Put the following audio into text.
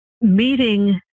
meeting